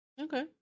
okay